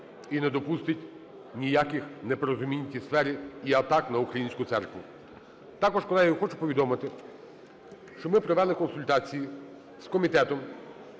і не допустить ніяких непорозумінь в цій сфері і атак на українську церкву. Також, колеги, хочу повідомити, що ми провели консультації з комітетом,